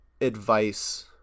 advice